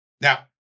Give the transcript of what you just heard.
Now